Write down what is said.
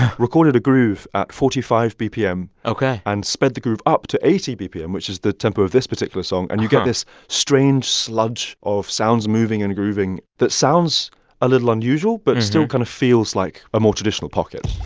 recorded a groove at forty five bpm. ok. and sped the groove up to eighty bpm, which is the tempo of this particular song. and you got this strange sludge of sounds moving and grooving that sounds a little unusual but still kind of feels like a more traditional pocket